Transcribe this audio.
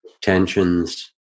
tensions